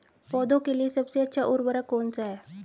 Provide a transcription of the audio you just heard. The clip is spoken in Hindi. पौधों के लिए सबसे अच्छा उर्वरक कौन सा है?